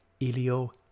Ilio